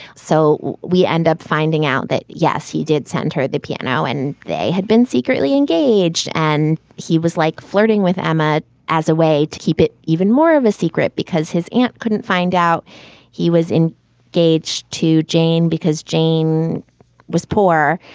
so we end up finding out that, yes, he did send her at the piano and they had been secretly engaged and he was like flirting with emma as a way to keep it even more of a secret because his aunt couldn't find out he was in gaige to jane because jane was poor.